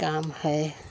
काम है